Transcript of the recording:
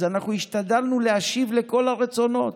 אז אנחנו השתדלנו להשיב לכל הרצונות.